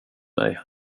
mig